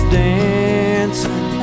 dancing